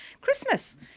Christmas